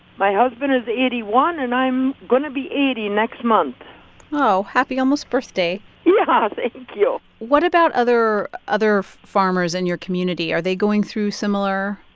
my husband is eighty one, and i'm going to be eighty next month oh, happy almost birthday yeah. thank you what about other other farmers in your community? are they going through similar.